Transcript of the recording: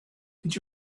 could